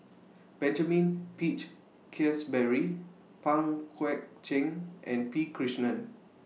Benjamin Peach Keasberry Pang Guek Cheng and P Krishnan